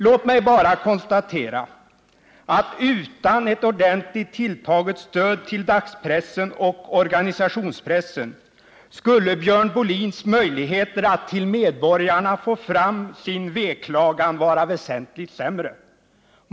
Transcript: Låt mig bara konstatera att utan ett ordentligt tilltaget stöd till dagspressen och organisationspressen skulle Björn Molins möjligheter att till medborgarna föra fram sin veklagan vara väsentligt sämre.